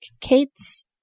Kate's